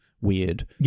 Weird